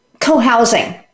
co-housing